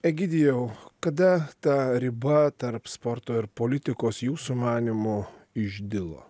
egidijau kada ta riba tarp sporto ir politikos jūsų manymu išdilo